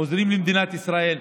עוזרים למדינת ישראל,